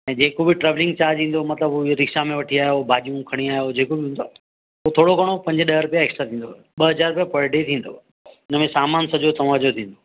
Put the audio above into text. ऐं जेको बि ट्रैवलिंग चार्ज ईंदो मतलबु उहो रिक्शा में वठी आयो भाॼियूं खणी आयो जेको बि उहो थोरो घणो पंज ॾह रुपया ऐक्स्ट्रा थींदव ॿ हज़ार रुपया पर डे थींदव हुन में सामानु सॼो तव्हांजो थींदो